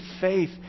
faith